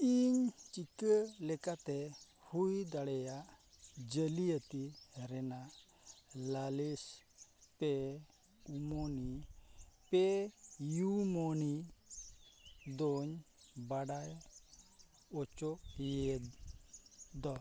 ᱤᱧ ᱪᱤᱠᱟᱹ ᱞᱮᱠᱟᱛᱮ ᱦᱩᱭ ᱫᱟᱲᱮᱭᱟᱜ ᱡᱟᱹᱞᱤᱭᱟᱹᱛᱤ ᱨᱮᱱᱟᱜ ᱞᱟᱹᱞᱤᱥ ᱯᱮ ᱳᱢᱚᱱᱤ ᱯᱮ ᱤᱭᱩ ᱢᱚᱱᱤ ᱫᱚᱧ ᱵᱟᱰᱟᱭ ᱚᱪᱚᱭᱮᱭᱟᱹᱧ ᱫᱚ